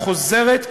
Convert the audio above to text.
חוזרת,